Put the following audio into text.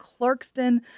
Clarkston